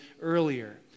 earlier